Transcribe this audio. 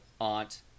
aunt